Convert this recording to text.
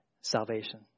salvation